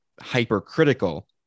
hypercritical